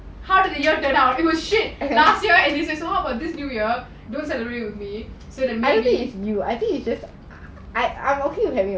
how did new year turn out it was shit last year and this year so how about this new year you go celebrate with me say